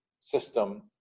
system